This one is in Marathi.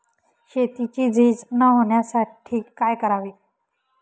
शेतीची झीज न होण्यासाठी काय करावे?